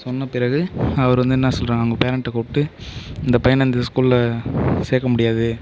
சொன்ன பிறகு அவர் வந்து என்ன சொல்கிறாங்க அவங்க பேரெண்ட்டை கூப்பிட்டு இந்த பையனை இந்த ஸ்கூலில் சேர்க்க முடியாது